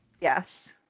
yes